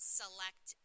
select